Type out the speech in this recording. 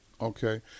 Okay